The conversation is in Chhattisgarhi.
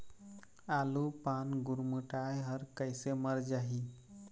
आलू पान गुरमुटाए हर कइसे मर जाही?